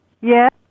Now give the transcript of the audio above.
Yes